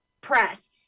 press